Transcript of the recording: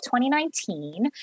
2019